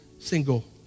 single